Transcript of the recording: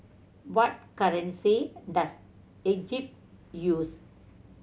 what currency does Egypt use